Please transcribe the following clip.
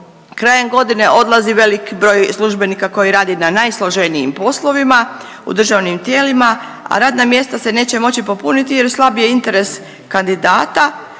krajem godine odlazi veliki broj službenika koji rade na najsloženijim poslovima u državnim tijelima, a radna mjesta se neće moći popuniti jer slabi je interes kandidata